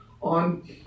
on